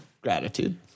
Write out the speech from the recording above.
gratitude